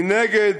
מנגד,